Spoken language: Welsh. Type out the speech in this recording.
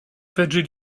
fedri